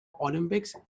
Olympics